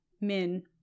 Min